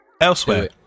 Elsewhere